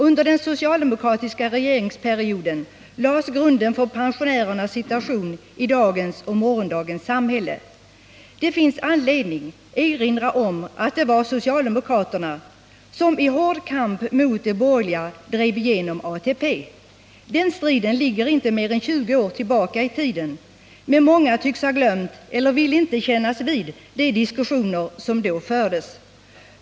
Under den socialdemokratiska regeringsperioden lades grunden för pensionärernas situation i dagens och morgondagens samhälle. Det finns anledning erinra om att det var socialdemokraterna som i hård kamp mot de borgerliga drev igenom ATP. Den striden ligger inte mer än 20 år tillbaka i tiden, men många tycks ha glömt eller vill inte kännas vid de diskussioner som då fördes.